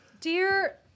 Dear